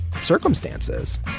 circumstances